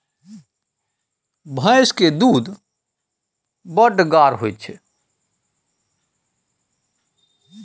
भैंस केर दूध बड़ गाढ़ होइ छै